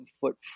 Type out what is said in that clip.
foot